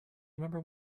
remember